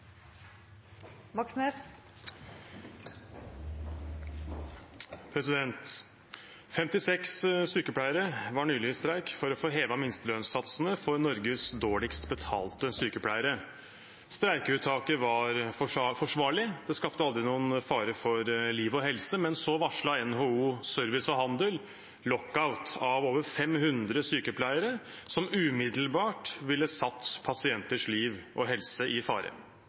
56 sykepleiere var nylig i streik for å få hevet minstelønnssatsene for Norges dårligst betalte sykepleiere. Streikeuttaket var forsvarlig, det skapte aldri noen fare for liv og helse, men så varslet NHO Service og Handel lockout av 500 sykepleiere, noe som umiddelbart ville satt pasienters liv og helse i fare.